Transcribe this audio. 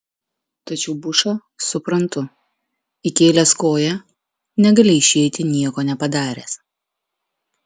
tačiau bušą suprantu įkėlęs koją negali išeiti nieko nepadaręs